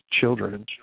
children